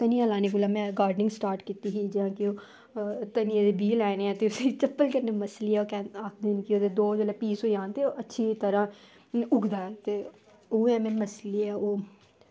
भिंडियां लाइयां जेल्लै की में गार्डनिंग स्टार्ट कीती ही ते रपेऽ बीह् लैने चप्पल कन्नै अपने जेल्लै दौ पीस होई जन ते अच्छी तरह कन्नै एह् उगदा ते एह्दे कन्नै मच्छलियां